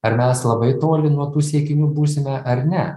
ar mes labai toli nuo tų siekinių būsime ar ne